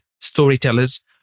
storytellers